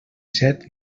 set